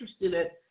interested